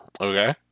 Okay